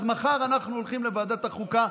אז מחר אנחנו הולכים לוועדת החוקה,